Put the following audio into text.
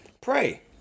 pray